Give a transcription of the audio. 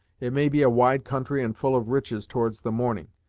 it may be a wide country and full of riches towards the morning,